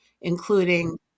including